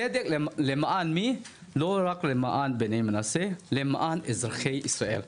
צדק לא רק למען בני מנשה אלא למען בני ישראל.